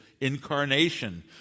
incarnation